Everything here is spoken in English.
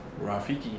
Rafiki